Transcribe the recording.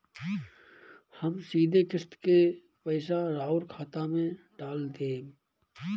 हम सीधे किस्त के पइसा राउर खाता में डाल देम?